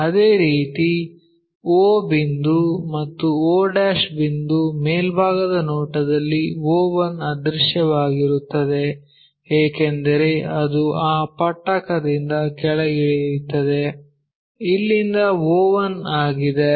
ಅದೇ ರೀತಿ o ಬಿಂದು ಮತ್ತು o ಬಿಂದು ಮೇಲ್ಭಾಗದ ನೋಟದಲ್ಲಿ o1 ಅದೃಶ್ಯವಾಗಿರುತ್ತದೆ ಏಕೆಂದರೆ ಅದು ಆ ಪಟ್ಟಕದಿಂದ ಕೆಳಗಿಳಿಯುತ್ತದೆ ಇಲ್ಲಿಂದ o1 ಆಗಿದೆ